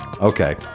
Okay